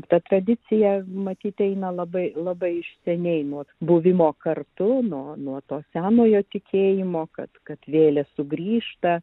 ta tradicija matyt eina labai labai iš seniai nuo buvimo kartu nuo nuo to senojo tikėjimo kad kad vėlės sugrįžta